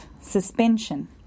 suspension